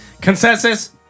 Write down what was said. consensus